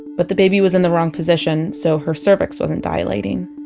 but the baby was in the wrong position, so her cervix wasn't dilating.